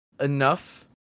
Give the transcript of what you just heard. enough